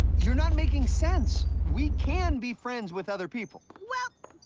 you're not making sense. we can be friends with other people. well.